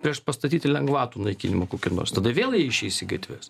priešpastatyti lengvatų naikinimą kokį nors tada vėl jie išeis į gatves